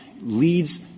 leads –